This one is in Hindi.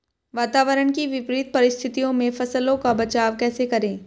वातावरण की विपरीत परिस्थितियों में फसलों का बचाव कैसे करें?